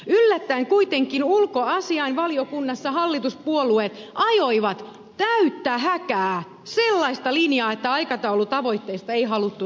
yllättäen kuitenkin ulkoasianvaliokunnassa hallituspuolueet ajoivat täyttä häkää sellaista linjaa että aikataulutavoitteista ei haluttu enää sopia